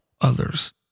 others